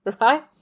right